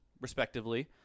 respectively